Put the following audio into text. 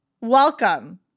Welcome